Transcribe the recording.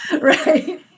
right